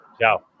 Ciao